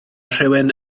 rhywun